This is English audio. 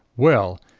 well,